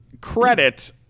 credit